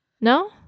No